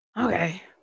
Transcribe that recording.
okay